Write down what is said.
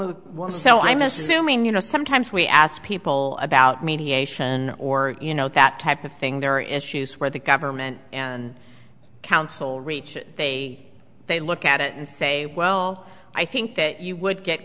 of the one so i'm assuming you know sometimes we ask people about mediation or you know that type of thing there are issues where the government and counsel reach they they look at it and say well i think that you would get